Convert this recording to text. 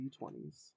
d20s